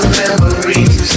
memories